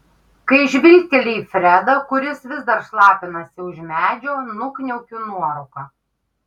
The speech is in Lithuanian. kai žvilgteli į fredą kuris vis dar šlapinasi už medžio nukniaukiu nuorūką